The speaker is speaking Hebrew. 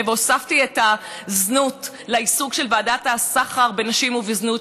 והוספתי את הזנות לעיסוק של ועדת הסחר בנשים ובזנות,